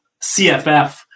CFF